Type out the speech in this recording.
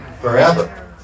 Forever